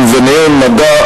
וביניהם מדע,